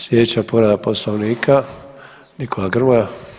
Sljedeća povreda poslovnika Nikola Grmoja.